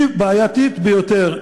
זה בעייתי ביותר.